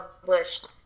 published